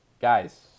Guys